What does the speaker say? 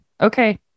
okay